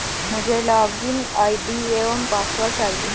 मुझें login ID एवं password चाहिए